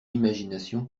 imagination